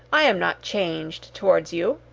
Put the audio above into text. i am not changed towards you.